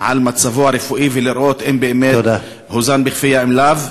על מצבו הרפואי ולראות אם באמת הוזן בכפייה אם לאו.